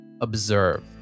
observe